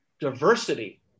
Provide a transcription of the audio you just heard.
diversity